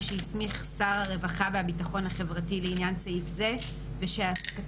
שהסמיך שר הרווחה והביטחון החברתי לעניין סעיף זה ושהעסקתו